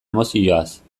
emozioaz